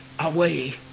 away